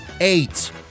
eight